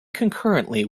concurrently